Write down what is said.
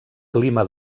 clima